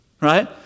right